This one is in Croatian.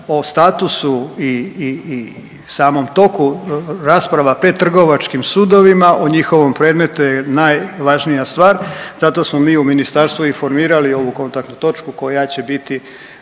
o statusu i, i, i samom toku rasprava pred trgovačkim sudovima o njihovom predmetu je najvažnija stvar zato smo mi u ministarstvu i formirali ovu kontaktnu točku koja će biti,